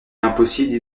impossible